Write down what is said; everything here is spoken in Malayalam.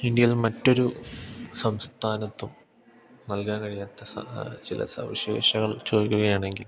ഇന്ത്യയിൽ മറ്റൊരു സംസ്ഥാനത്തും നൽകാൻ കഴിയാത്ത സ ചില സവിശേഷങ്ങൾ ചോദിക്കുക ആണെങ്കിൽ